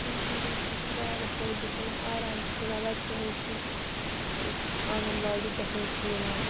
اِنسان حظ چھُ واریاہ فٲیدٕ تُلان آرام چھُ مِلان ویٚکسِنیشنُک آنٛگَن واڈی پیٹھ حظ چھِ یِوان